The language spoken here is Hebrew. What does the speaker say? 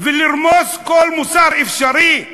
ולרמוס כל מוסר אפשרי?